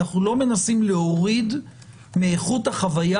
אנחנו לא מנסים להוריד מאיכות החוויה